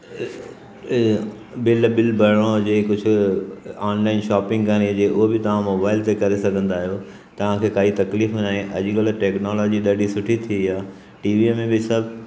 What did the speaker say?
इहे bill bill भरिणो हुजे कुझु ऑनलाइन शॉपिंग करिणी हुजे उहो बि तव्हां मोबाइल ते करे सघंदा आहियो तव्हां खे काई तकलीफ़ नाहे अॼुकल्ह टैक्नोलॉजी ॾाढी सुठी थी वई आहे टीवीअ में बि सभु